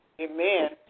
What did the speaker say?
Amen